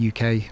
uk